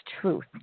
truth